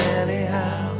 anyhow